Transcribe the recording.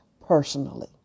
personally